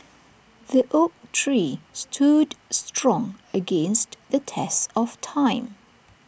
the oak tree stood strong against the test of time